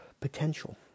potential